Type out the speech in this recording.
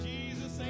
Jesus